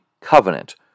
covenant